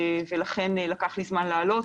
ולכן לקח לי זמן לעלות,